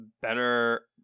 better